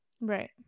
Right